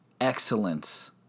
excellence